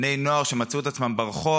בני נוער שמצאו את עצמם ברחוב,